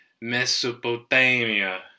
Mesopotamia